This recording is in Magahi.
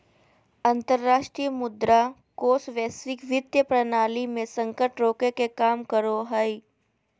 अंतरराष्ट्रीय मुद्रा कोष वैश्विक वित्तीय प्रणाली मे संकट रोके के काम करो हय